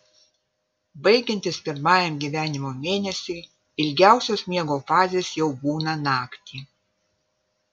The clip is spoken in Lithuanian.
baigiantis pirmajam gyvenimo mėnesiui ilgiausios miego fazės jau būna naktį